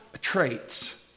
traits